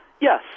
Yes